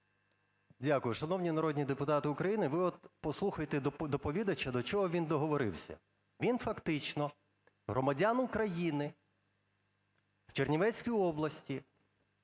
Дякую. Шановні народні депутати України, ви от послухайте доповідача, до чого він договорився. Він фактично громадян України в Чернівецькій області,